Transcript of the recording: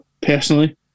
personally